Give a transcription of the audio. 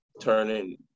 turning